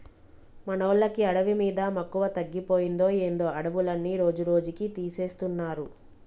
మనోళ్ళకి అడవి మీద మక్కువ తగ్గిపోయిందో ఏందో అడవులన్నీ రోజురోజుకీ తీసేస్తున్నారు